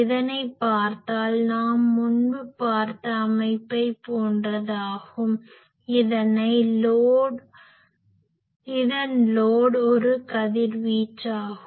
இதனை பார்த்தால் நாம் முன்பு பார்த்த அமைப்பை போன்றதாகும் இதன் லோட் ஒரு கதிர்வீச்சாகும்